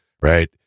right